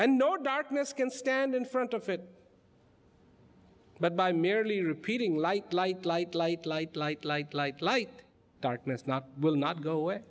and no darkness can stand in front of it but by merely repeating light light light light light light light light light darkness not will not go away